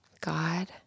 God